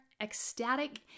ecstatic